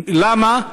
למה?